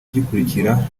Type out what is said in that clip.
gikurikira